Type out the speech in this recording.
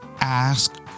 ask